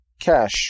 cash